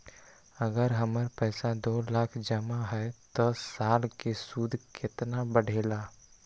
अगर हमर पैसा दो लाख जमा है त साल के सूद केतना बढेला?